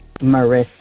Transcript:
Marissa